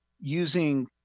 using